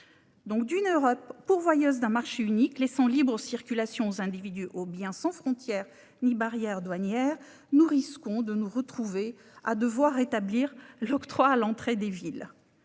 D'une Europe pourvoyeuse d'un marché unique laissant librement circuler les individus et les biens, sans frontières ni barrières douanières, nous risquons de nous retrouver dans une situation ou l'octroi à l'entrée des villes